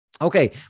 Okay